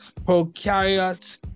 prokaryotes